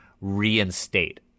reinstate